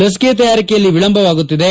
ಲಸಿಕೆ ತಯಾರಿಕೆಯಲ್ಲಿ ವಿಳಂಬವಾಗುತ್ತಿದೆ